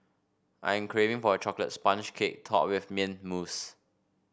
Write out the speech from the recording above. I am craving for a chocolate sponge cake topped with mint mousse